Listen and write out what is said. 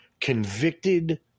convicted